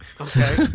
Okay